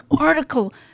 article